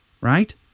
right